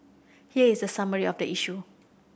here is a summary of the issue